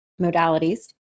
modalities